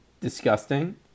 disgusting